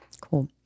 Cool